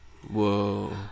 Whoa